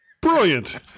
Brilliant